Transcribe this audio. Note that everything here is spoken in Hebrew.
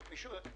מארס,